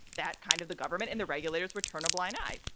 that kind of the government and the regulators were turn a blind eye.